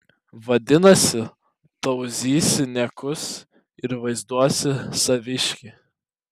vadinasi tauzysi niekus ir vaizduosi saviškį